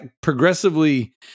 progressively